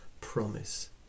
promise